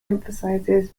emphasizes